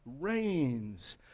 reigns